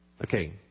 Okay